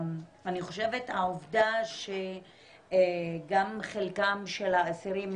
אני חושבת שהעובדה שגם חלקם של האסירים,